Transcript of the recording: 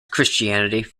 christianity